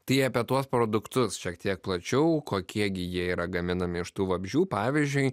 tai apie tuos produktus šiek tiek plačiau kokie gi jie yra gaminami iš tų vabzdžių pavyzdžiui